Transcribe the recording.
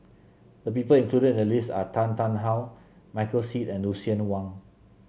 the people included in the list are Tan Tarn How Michael Seet and Lucien Wang